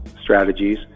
strategies